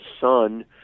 son